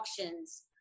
auctions